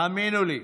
האמינו לי,